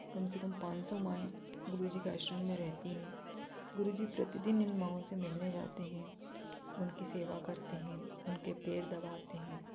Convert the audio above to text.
कम से कम पाँच सौ माँए गुरुजी के आश्रम में रहती हैं गुरुजी प्रतिदिन इन माँओं से मिलने जाते हैं उनकी सेवा करते हैं उनके पैर दबाते हैं